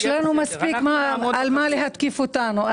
יש מספיק על מה להתקיף אותנו,